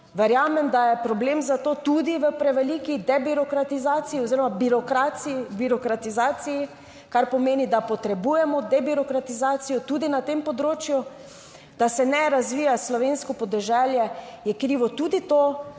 Verjamem, da je problem zato tudi v preveliki debirokratizaciji oziroma birokratirokratizaciji, kar pomeni, da potrebujemo debirokratizacijo tudi na tem področju. Da se ne razvija slovensko podeželje, je krivo tudi to,